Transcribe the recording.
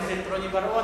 חבר הכנסת רוני בר-און,